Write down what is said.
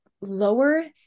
lower